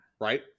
Right